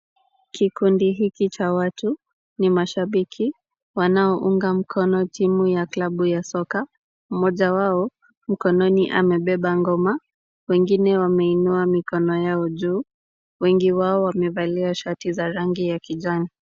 Kikundi hiki cha watu ni mashabiki wanaounga mkono timu ya klabu ya soka. Mmoja wao mkononi amebeba ngoma, wengine wameinua mikono yao juu. Wengi wao wamevalia shati za rangi ya kijani.